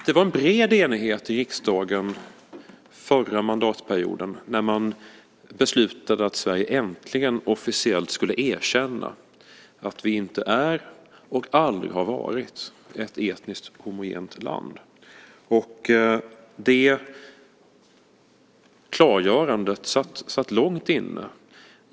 Det var en bred enighet i riksdagen förra mandatperioden när man beslutade att Sverige äntligen officiellt skulle erkänna att vi inte är och aldrig har varit ett etniskt homogent land. Det klargörandet satt långt inne.